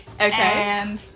Okay